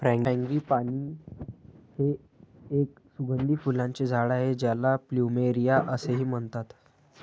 frangipani हे एक सुगंधी फुलांचे झाड आहे ज्याला प्लुमेरिया असेही म्हणतात